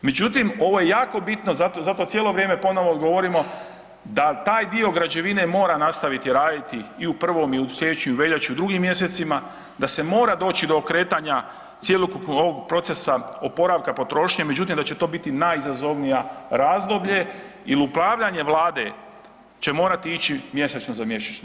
Međutim, ovo je jako bitno zato cijelo vrijeme ponovo govorimo da taj dio građevine mora nastaviti raditi i u prvom i u veljači i u drugim mjesecima da se mora doći do okretanja cjelokupnog ovog procesa oporavka potrošnje, međutim da će to biti najizazovnije razdoblje jer upravljanje Vlade će morati ići mjesečno za mjesečno.